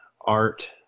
art